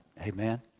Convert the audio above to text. Amen